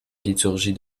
liturgie